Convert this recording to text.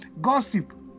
Gossip